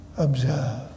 Observe